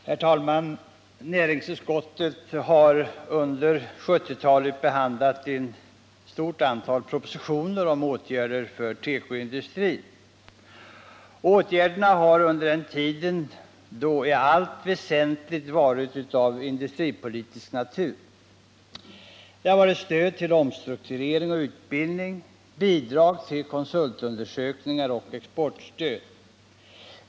Herr talman! Näringsutskottet har under 1970-talet behandlat ett stort antal propositioner om åtgärder för tekoindustrin. Åtgärderna har under denna tid varit i allt väsentligt av industripolitisk natur. Det har varit stöd till omstrukturering och utbildning, bidrag för konsultundersökningar och exportstöd.